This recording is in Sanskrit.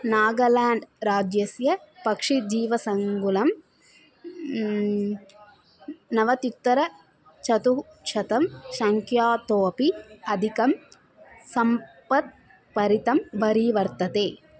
नागलेण्ड् राज्यस्य पक्षिजीवसङ्गुलं नवत्युत्तरचतुःशतं सङ्ख्यातो अपि अधिकं सम्पत्परितं वरीवर्तते